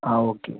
ആ ഓക്കെ